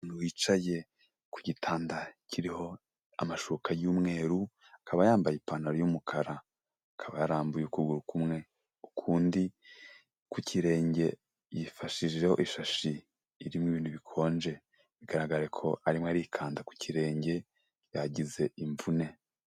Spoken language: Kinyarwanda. Umuntu wicaye ku gitanda kiriho amashuka y'umweru, akaba yambaye ipantaro y'umukara. Akaba yarambuye ukuguru kumwe. Ukundi ku kirenge yifashijeho ishashi irimo ibintu bikonje. Bigaragare ko arimo arikanda ku kirenge yagize imvune.